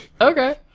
okay